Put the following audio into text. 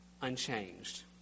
unchanged